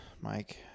Mike